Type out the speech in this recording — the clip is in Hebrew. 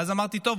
ואז אמרתי: טוב,